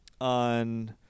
on